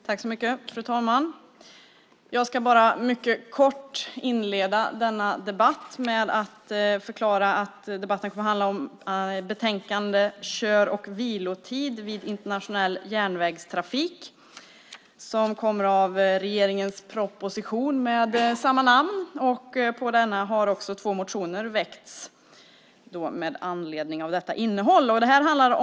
Fru talman! Jag ska mycket kort inleda denna debatt med att förklara att debatten kommer att handla om betänkandet Kör och vilotid vid internationell järnvägstrafik som kommer av regeringens proposition med samma namn. På denna har också två motioner väckts med anledning av detta innehåll.